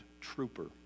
Trooper